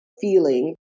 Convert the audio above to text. feeling